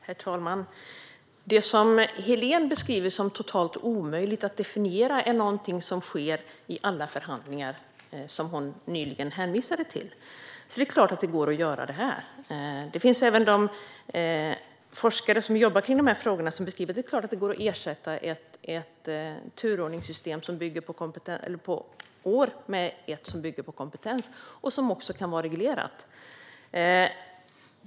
Herr talman! Det Helén beskriver som totalt omöjligt att definiera är något som sker i alla förhandlingar som hon nyligen hänvisade till, så det är klart att det går att göra det här. Det finns även forskare som jobbar med dessa frågor som säger att det självklart går att ersätta ett turordningssystem som bygger på år mot ett som bygger på kompetens och samtidigt reglera det.